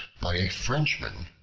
by a frenchman,